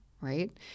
Right